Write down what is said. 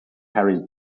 carries